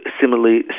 similarly